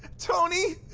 tony.